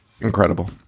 incredible